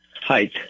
height